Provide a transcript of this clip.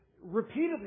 Repeatedly